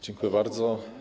Dziękuję bardzo.